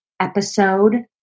episode